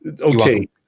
Okay